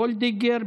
מיכל וולדיגר,